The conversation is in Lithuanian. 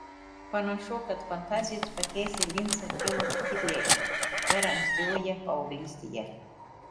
panašu kad fantazijos pakeisti lincą kilo hitleriui dar ankstyvoje paauglystėje